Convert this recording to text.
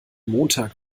montag